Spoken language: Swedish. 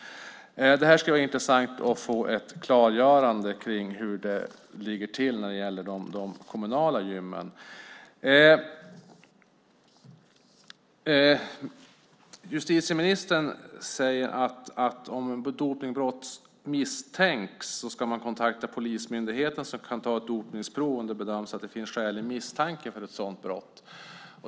Det skulle vara intressant att få ett klargörande kring hur det ligger till när det gäller de kommunala gymmen. Justitieministern säger att om dopningsbrott misstänks ska man kontakta polismyndigheten som kan ta ett dopningsprov om det bedöms finnas skälig misstanke för ett sådant brott.